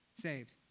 saved